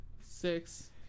Six